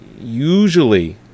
Usually